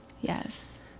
Yes